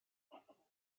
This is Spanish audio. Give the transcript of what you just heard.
uno